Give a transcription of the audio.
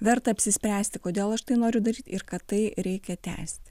verta apsispręsti kodėl aš tai noriu daryti ir kad tai reikia tęsti